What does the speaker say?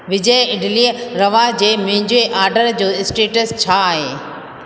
विजय इडलीअ रवा जे मुंहिंजे ऑर्डर जो स्टेटस छा आहे